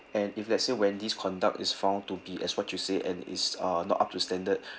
and if let's say wendy's conduct is found to be as what you say and is uh not up to standard